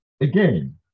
Again